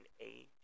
age